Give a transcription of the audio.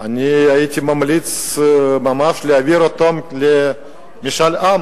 אני הייתי ממליץ ממש להעביר אותן למשאל עם